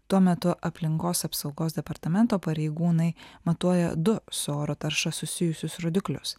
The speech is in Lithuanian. tuo metu aplinkos apsaugos departamento pareigūnai matuoja du su oro tarša susijusius rodiklius